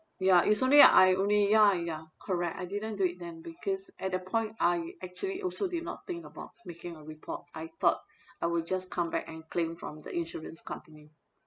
ya it's only I only ya ya correct I didn't do it then because at that point I actually also did not think about making a report I thought I would just come back and claim from the insurance company